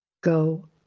go